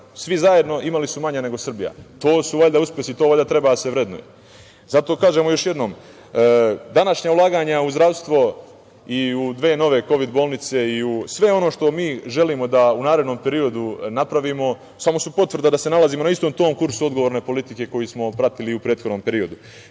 Svi zajedno imali su manje nego Srbija. To su valjda uspesi, to valjda treba da se vrednuje. Zato, kažemo još jednom, današnja ulaganja u zdravstvo i u dve nove kovid bolnice i u sve ono što mi želimo da u narednom periodu napravimo samo su potvrda da se nalazimo na istom tom kursu odgovorne politike koju smo pratili u prethodnom periodu. Mi